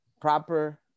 proper